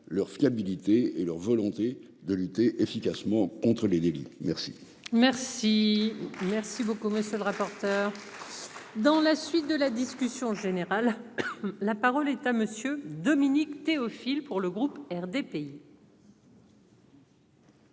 leur fiabilité et leur volonté de lutter efficacement contre les délits merci. Merci, merci beaucoup monsieur le rapporteur. Dans la suite de la discussion générale. La parole est à monsieur Dominique Théophile pour le groupe RDPI.